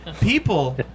People